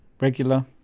regular